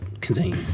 Continue